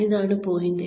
ഇതാണ് point A